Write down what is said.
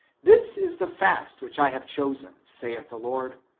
this is the fast which i have chosen, saith the lord.